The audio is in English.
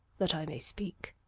that i may speak.